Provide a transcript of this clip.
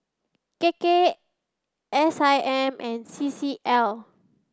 K K S I M and C C L